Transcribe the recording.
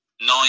Nine